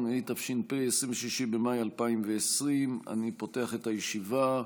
26 במאי 2020. אני פותח את הישיבה.